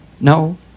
No